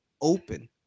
open